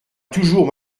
toujours